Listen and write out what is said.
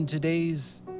Today's